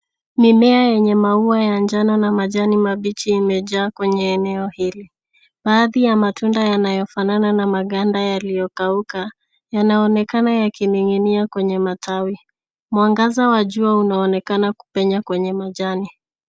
Mimea yenye maua ya njano na majani mabichi yamejaa kwenye eneo hili baadhi ya matunda yanayofanana na maganda yaliokauka yanaonekana yakininginia kwenye matawi mwangaza wa jua unaonekana kupenya kwenye majani.